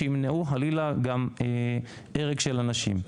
שימנעו חלילה גם הרג של אנשים חלילה.